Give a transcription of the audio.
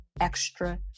extra